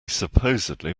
supposedly